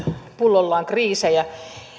pullollaan kriisejä